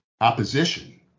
opposition